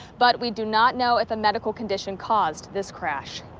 but we do not know if a medical condition caused this crash.